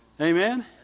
Amen